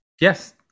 Yes